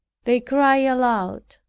they cry aloud,